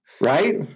Right